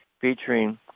featuring